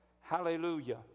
Hallelujah